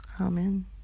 Amen